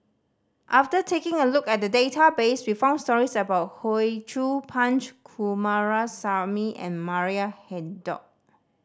after taking a look at the database we found stories about Hoey Choo Punch Coomaraswamy and Maria Hertogh